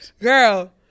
Girl